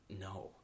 no